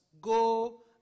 go